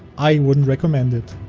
i wouldn't recommend it.